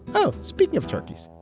oh, speaking of turkeys.